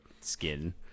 skin